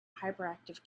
hyperactive